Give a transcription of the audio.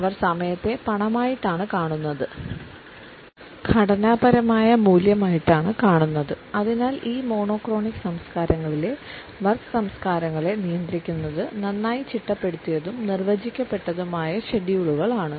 അവർ സമയത്തെ പണമായിട്ടാണ് കാണുന്നത് ഘടനാപരമായ മൂല്യമായിട്ടാണ് കാണുന്നത് അതിനാൽ ഈ മോണോക്രോണിക് സംസ്കാരങ്ങളിലെ വർക്ക് സംസ്കാരങ്ങളെ നിയന്ത്രിക്കുന്നത് നന്നായി ചിട്ടപ്പെടുത്തിയതും നിർവചിക്കപ്പെട്ടതുമായ ഷെഡ്യൂളുകളാണ്